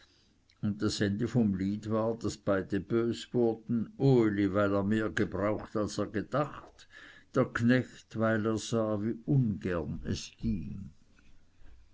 und das ende vom lied war daß beide böse wurden uli weil er mehr gebraucht als er gedacht der knecht weil er sah wie ungern es ging